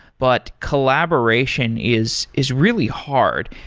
but collaboration is is really hard.